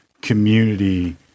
community